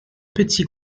petits